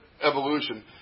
evolution